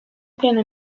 piano